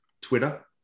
Twitter